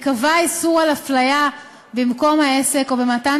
ייקבע איסור הפליה במקום העסק או במתן